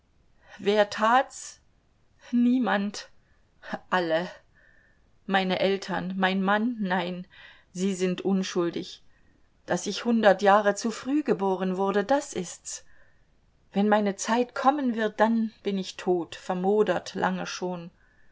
wer tat's niemand alle meine eltern mein mann nein sie sind unschuldig daß ich hundert jahre zu früh geboren wurde das ist's wenn meine zeit kommen wird dann bin ich tot vermodert lange schon